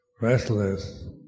restless